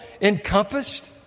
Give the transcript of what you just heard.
encompassed